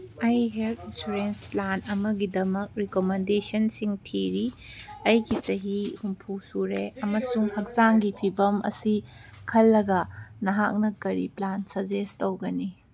ꯑꯩ health insurance plan ꯑꯃꯒꯤꯗꯃꯛ ꯔꯤꯀꯣꯃꯦꯟꯗꯦꯁꯟꯁꯤꯡ ꯊꯤꯔꯤ ꯑꯩꯒꯤ ꯆꯍꯤ ꯍꯨꯝꯐꯨ ꯁꯨꯔꯦ ꯑꯃꯁꯨꯡ ꯍꯛꯆꯥꯡꯒꯤ ꯐꯤꯕꯝ ꯑꯁꯤ ꯈꯜꯂꯒ ꯅꯍꯥꯛꯅ ꯀꯔꯤ ꯄ꯭ꯂꯥꯟ ꯁꯖꯦꯁ ꯇꯧꯒꯅꯤ